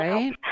Right